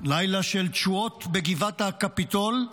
לילה של תשואות בגבעת הקפיטול,